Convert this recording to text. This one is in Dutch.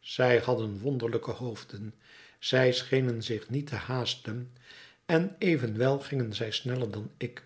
zij hadden wonderlijke hoofden zij schenen zich niet te haasten en evenwel gingen zij sneller dan ik